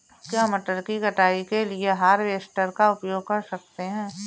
क्या मटर की कटाई के लिए हार्वेस्टर का उपयोग कर सकते हैं?